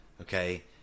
okay